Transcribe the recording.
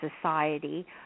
society